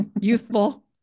Youthful